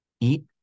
eat